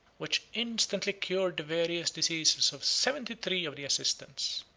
which instantly cured the various diseases of seventy-three of the assistants.